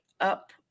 up